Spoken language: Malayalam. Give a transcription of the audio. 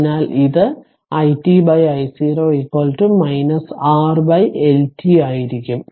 അതിനാൽ ഇത് i t I0 R Lt ആയിരിക്കും